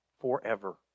forever